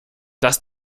dass